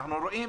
אנחנו רואים